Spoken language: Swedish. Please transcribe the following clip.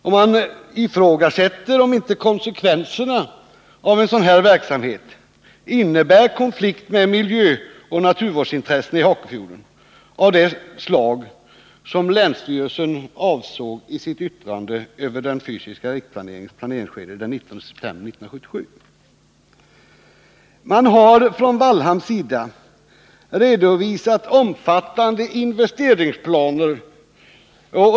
Och de ifrågasätter om inte konsekvenserna av en sådan här verksamhet innebär konflikt i Hakefjorden med miljöoch naturvårdsintresset av det slag som länsstyrelsen avsåg i sitt yttrande den 19 september 1977 över den fysiska riksplaneringen. Man har från Vallhamns sida redovisat omfattande investeringsplaner.